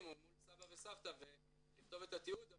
או מול סבא וסבתא ולכתוב את התיעוד,